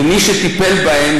ומי שטיפל בהם,